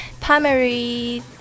primary